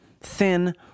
Thin